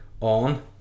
On